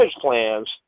plans